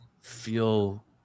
feel